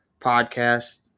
podcast